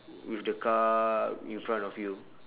with the car in front of you